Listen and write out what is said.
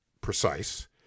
precise